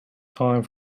time